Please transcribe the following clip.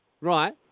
right